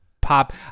pop